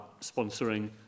sponsoring